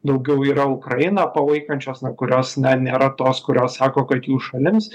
daugiau yra ukrainą palaikančios na kurios na nėra tos kurios sako kad jų šalims